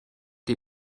die